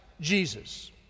Jesus